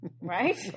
Right